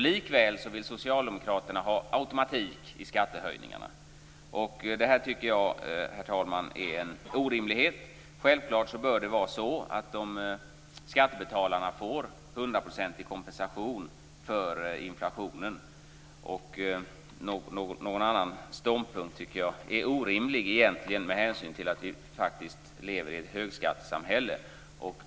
Likväl vill Socialdemokraterna ha automatik i skattehöjningarna. Detta, herr talman, tycker jag är en orimlighet. Självfallet bör skattebetalarna få hundraprocentig kompensation för inflationen. Någon annan ståndpunkt tycker jag är orimlig med hänsyn till att vi faktiskt lever i ett högskattesamhälle.